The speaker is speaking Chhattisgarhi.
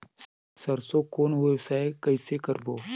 सरसो कौन व्यवसाय कइसे करबो?